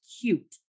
cute